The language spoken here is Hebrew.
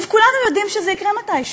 כולנו יודעים שזה יקרה מתישהו.